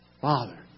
Father